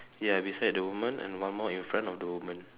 ya beside the woman and one more in font of the woman